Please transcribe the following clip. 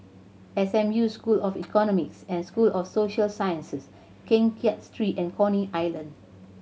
S M U School of Economics and School of Social Sciences Keng Kiat Street and Coney Island